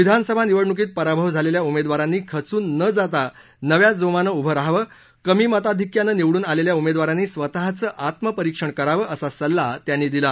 विधानसभा निवडणुकीत पराभव झालेल्या उमेदवारांनी खचून न जाता नव्या जोमानं उभं रहावं कमी मताधिक्यानं निवडून आलेल्या उमेदवारांनी स्वतःचं आत्मपरिक्षण करावं असा सल्ला त्यांनी दिला